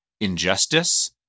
injustice